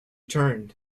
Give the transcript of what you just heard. turned